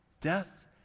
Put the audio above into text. death